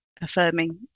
affirming